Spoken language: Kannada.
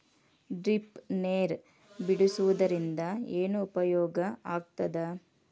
ಡ್ರಿಪ್ ನೇರ್ ಬಿಡುವುದರಿಂದ ಏನು ಉಪಯೋಗ ಆಗ್ತದ?